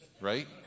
right